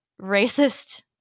racist